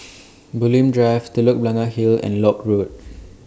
Bulim Drive Telok Blangah Hill and Lock Road